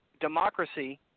democracy